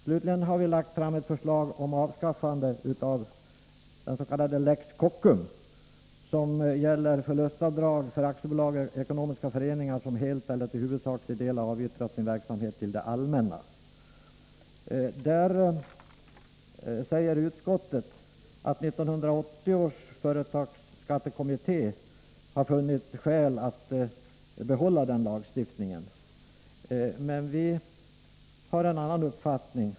Slutligen har vi lagt fram ett förslag om avskaffande av den s.k. lex Kockum, som gäller förlustavdrag för aktiebolag och ekonomiska föreningar som helt eller till huvudsaklig del avyttrat sin verksamhet till det allmänna. På den punkten säger utskottet att 1980 års företagsskattekommitté har funnit skäl att behålla denna lagstiftning, men vi har en annan uppfattning.